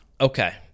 Okay